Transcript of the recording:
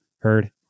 heard